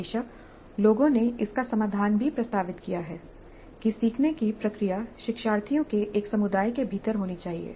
बेशक लोगों ने इसका समाधान भी प्रस्तावित किया है कि सीखने की प्रक्रिया शिक्षार्थियों के एक समुदाय के भीतर होनी चाहिए